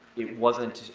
it wasn't